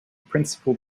principal